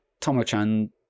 Tomo-chan